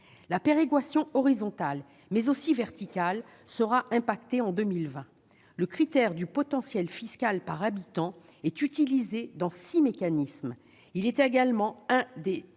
La péréquation horizontale, mais aussi verticale, sera impactée en 2020 : le critère du potentiel fiscal par habitant est utilisé dans six mécanismes et constitue l'une des